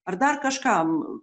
ar dar kažkam